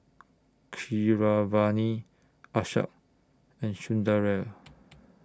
Keeravani Akshay and Sundaraiah